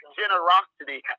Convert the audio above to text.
generosity